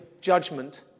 judgment